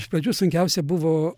iš pradžių sunkiausia buvo